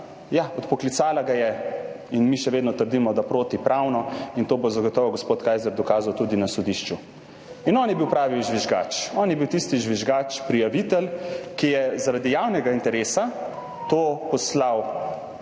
Ja odpoklicala ga je. Mi še vedno trdimo, da protipravno, in to bo zagotovo gospod Kajzer dokazal tudi na sodišču. On je bil pravi žvižgač. On je bil tisti žvižgač, prijavitelj, ki je zaradi javnega interesa to poslal članu